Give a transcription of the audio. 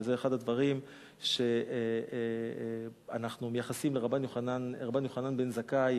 וזה אחד הדברים שאנחנו מייחסים לרבן יוחנן בן זכאי,